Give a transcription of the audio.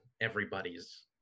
everybody's